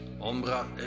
Ombra